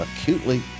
acutely